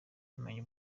kumenya